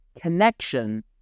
connection